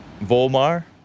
Volmar